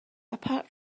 apart